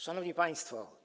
Szanowni Państwo!